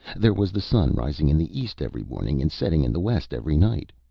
there was the sun rising in the east every morning and setting in the west every night.